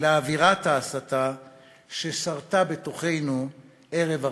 לאווירת ההסתה ששרתה בתוכנו ערב הרצח.